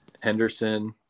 Henderson